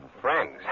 Friends